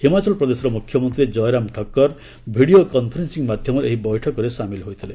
ହିମାଚଳ ପ୍ରଦେଶର ମୁଖ୍ୟମନ୍ତ୍ରୀ Jairam Thakur video conferencing ମାଧ୍ୟମରେ ଏହି ବୈଠକରେ ସାମିଲ ହୋଇଥିଲେ